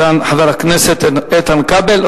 חבר הכנסת איתן כבל.